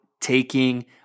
taking